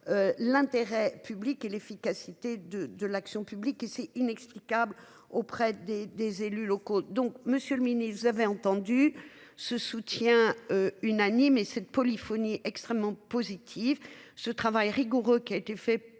L'intérêt public et l'efficacité de de l'action publique c'est inexplicable auprès des des élus locaux. Donc Monsieur le Ministre, vous avez entendu ce soutien unanime et cette polyphonie extrêmement positive ce travail rigoureux qui a été fait